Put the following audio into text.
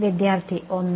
വിദ്യാർത്ഥി 1